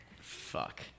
Fuck